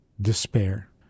despair